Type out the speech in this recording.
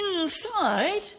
inside